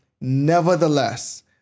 Nevertheless